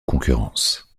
concurrence